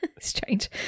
Strange